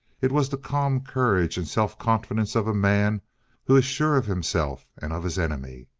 it was the calm courage and self confidence of a man who is sure of himself and of his enemy.